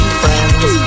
friends